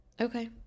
Okay